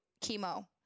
chemo